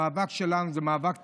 המאבק שלנו זה מאבק צודק.